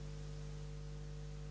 Hvala